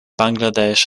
bangladesh